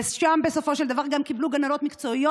ושם בסופו של דבר גם קיבלו גננות מקצועיות,